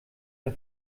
der